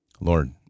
Lord